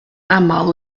aml